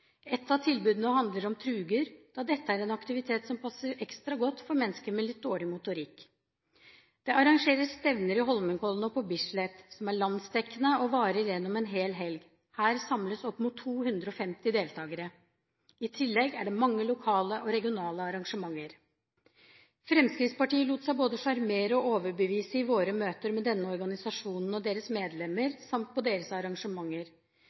Et av tilbudene er trugeløp. Dette er en aktivitet som passer ekstra godt for mennesker med litt dårlig motorikk. Det arrangeres stevner i Holmenkollen og på Bislett. De er landsdekkende og varer en hel helg. Her samles opp mot 250 deltagere. I tillegg er det mange lokale og regionale arrangementer. Fremskrittspartiet lot seg både sjarmere og overbevise i møter med denne organisasjonen og deres medlemmer samt på deres arrangementer.